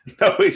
No